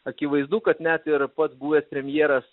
akivaizdu kad net ir pats buvęs premjeras